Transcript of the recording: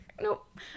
Nope